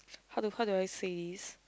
how do how do I say this